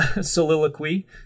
soliloquy